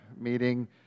meeting